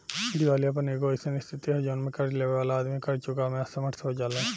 दिवालियापन एगो अईसन स्थिति ह जवना में कर्ज लेबे वाला आदमी कर्ज चुकावे में असमर्थ हो जाले